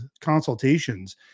consultations